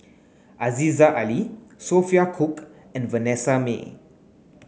Aziza Ali Sophia Cooke and Vanessa Mae